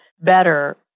better